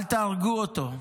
אל תהרגו אותו.